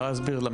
בואי תספרי לנו,